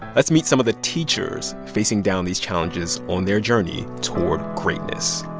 let's meet some of the teachers facing down these challenges on their journey toward greatness